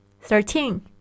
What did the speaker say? Thirteen